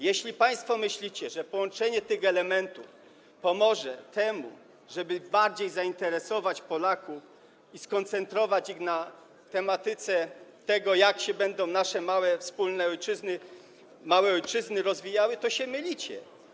Jeśli państwo myślicie, że połączenie tych elementów pomoże temu, żeby bardziej zainteresować Polaków i skoncentrować ich na tematyce tego, jak się będą nasze małe ojczyzny rozwijały, to się mylicie.